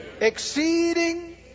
exceeding